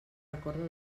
recorda